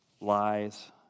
lies